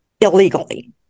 illegally